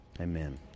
Amen